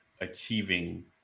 achieving